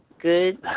good